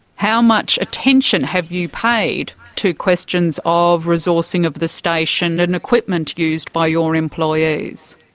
how much attention have you paid to questions of resourcing of the station and equipment used by your employees?